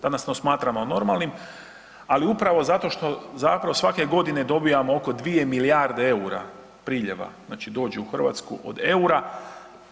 Danas to smatramo normalnim, ali upravo zato što zapravo svake godine dobijamo oko 2 milijarde EUR-a priljeva, znači dođe u Hrvatsku od EUR-a.